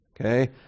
Okay